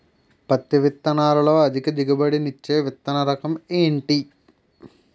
పత్తి విత్తనాలతో అధిక దిగుబడి నిచ్చే విత్తన రకం ఏంటి?